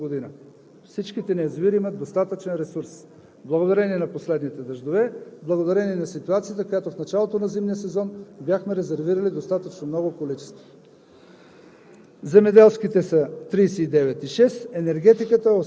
Нямаме язовир, който да не може да задоволи населението през настоящата година. Всичките ни язовири имат достатъчен ресурс благодарение на последните дъждове, благодарение на ситуацията в началото на зимния сезон, а и бяхме резервирали достатъчно много количества.